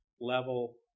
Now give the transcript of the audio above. level